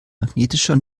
magnetischer